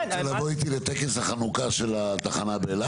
כן -- אתה רוצה לבוא איתי לטקס החנוכה של התחנה באילת?